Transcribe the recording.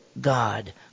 God